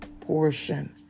portion